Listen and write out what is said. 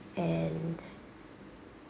and